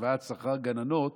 השוואת שכר גננות,